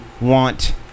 want